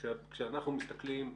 לשאלתי, כשאנחנו מסתכלים לעתיד,